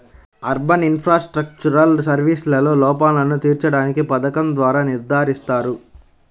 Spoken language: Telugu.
అర్బన్ ఇన్ఫ్రాస్ట్రక్చరల్ సర్వీసెస్లో లోపాలను తీర్చడానికి పథకం ద్వారా నిర్ధారిస్తారు